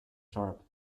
sharp